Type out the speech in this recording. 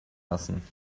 lassen